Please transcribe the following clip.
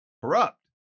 Corrupt